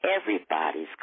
everybody's